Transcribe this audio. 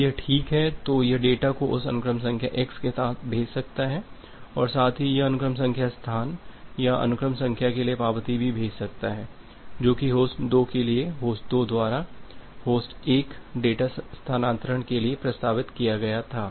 यदि यह ठीक है तो यह डेटा को उस अनुक्रम संख्या x के साथ भेज सकता है और साथ ही यह अनुक्रम संख्या स्थान या अनुक्रम संख्या के लिए पावती भी भेज सकता है जो कि होस्ट 2 के लिए होस्ट 2 द्वारा होस्ट 1 डेटा स्थानांतरण के लिए प्रस्तावित किया गया था